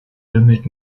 lümmelt